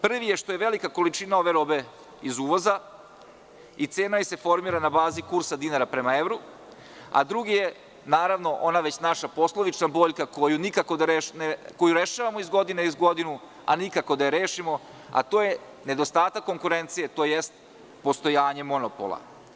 Prvi je, što je velika količina ove robe iz uvoza, i cena joj se formira na bazi kursa dinara prema evru, a drugi je, naravno, ona već naša poslovična boljka koju rešavamo iz godine u godinu, a nikako da je rešimo, a to je nedostatak konkurencije, tj. postojanje monopola.